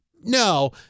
no